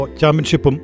Championship